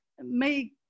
make